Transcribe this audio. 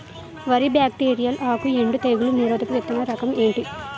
వరి లో బ్యాక్టీరియల్ ఆకు ఎండు తెగులు నిరోధక విత్తన రకం ఏంటి?